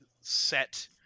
set